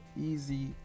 easy